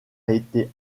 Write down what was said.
été